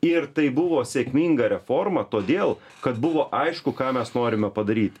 ir tai buvo sėkminga reforma todėl kad buvo aišku ką mes norime padaryti